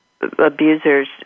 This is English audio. abusers